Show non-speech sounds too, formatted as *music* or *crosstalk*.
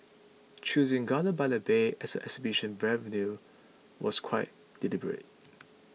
choosing Gardens by the Bay as a exhibition *unintelligible* venue was quite deliberate